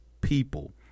people